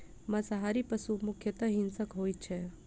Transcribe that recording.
मांसाहारी पशु मुख्यतः हिंसक होइत छै